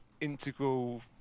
integral